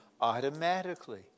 Automatically